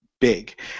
big